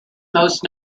most